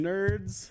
Nerds